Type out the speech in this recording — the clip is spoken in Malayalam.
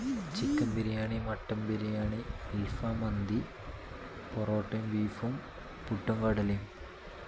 ചിക്കൻ ബിരിയാണി മട്ടൻ ബിരിയാണി അൽഫ മന്തി പൊറോട്ടയും ബീഫും പുട്ടും കടലേം